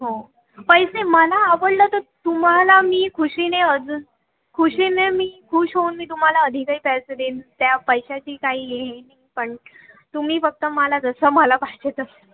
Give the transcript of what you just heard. हो पैसे मला आवडलं तर तुम्हाला मी खुशीने अजून खुशीने मी खुश होऊन मी तुम्हाला अधिकही पैसे देईन त्या पैशाची काही हे नाही पण तुम्ही फक्त मला जसं मला पाहिजे तसं